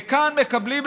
וכאן מקבלים,